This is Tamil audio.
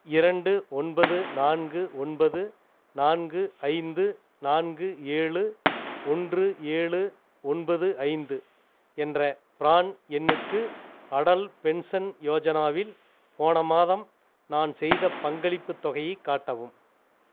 இரண்டு ஒன்பது நான்கு ஒன்பது நான்கு ஐந்து நான்கு ஏழு ஒன்று ஏழு ஒன்பது ஐந்து என்ற பிரான் எண்ணுக்கு அடல் பென்ஷன் யோஜனாவில் போன மாதம் நான் செய்த பங்களிப்புத் தொகையை காட்டவும்